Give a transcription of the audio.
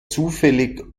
zufällig